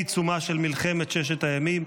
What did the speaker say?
בעיצומה של מלחמת ששת הימים,